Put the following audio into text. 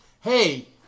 hey